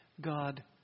God